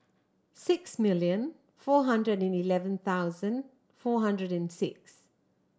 six million four hundred and eleven thousand four hundred and six